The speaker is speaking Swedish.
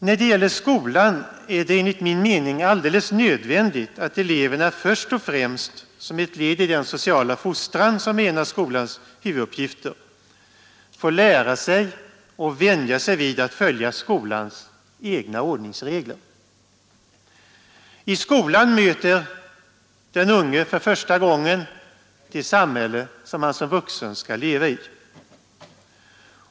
När det gäller skolan är det enligt min mening alldeles nödvändigt att eleverna först och främst som ett led i den sociala fostran, som är en av skolans huvuduppgifter, får lära sig och vänja sig vid att följa skolans egna ordningsregler. I skolan möter den unge för första gången det samhälle han som vuxen skall leva i.